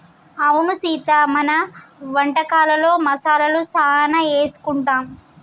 అవును సీత మన వంటకాలలో మసాలాలు సానా ఏసుకుంటాం